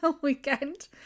weekend